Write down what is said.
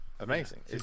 amazing